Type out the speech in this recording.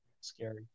scary